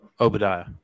Obadiah